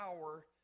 power